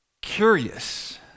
curious